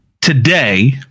today